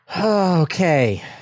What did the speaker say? Okay